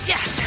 Yes